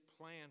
plan